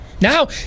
Now